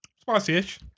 spicy-ish